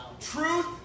Truth